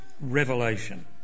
revelation